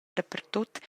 dapertut